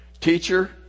Teacher